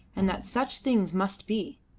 and that such things must be.